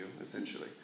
essentially